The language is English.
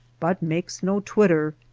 but makes no twitter,